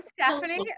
Stephanie